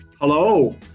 Hello